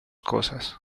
cosas